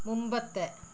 മുമ്പത്തെ